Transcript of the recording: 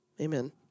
Amen